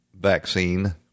vaccine